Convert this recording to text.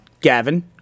Gavin